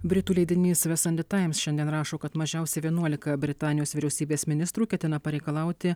britų leidinys ve sandei taims šiandien rašo kad mažiausiai vienuolika britanijos vyriausybės ministrų ketina pareikalauti